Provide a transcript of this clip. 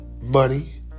money